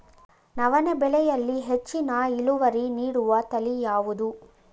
ನವಣೆ ಬೆಳೆಯಲ್ಲಿ ಹೆಚ್ಚಿನ ಇಳುವರಿ ನೀಡುವ ತಳಿ ಯಾವುದು?